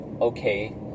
okay